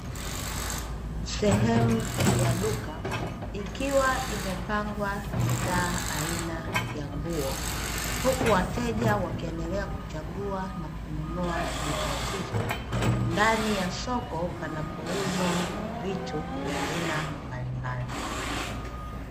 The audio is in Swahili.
Sehemu ya duka ikiwa imepangwa bidhaa aina ya nguo, huku wateja wakiendelea kuchagua na kununua bidhaa hizo. Ndani ya soko panapouzwa vitu vya aina mbalimbali.